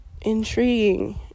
intriguing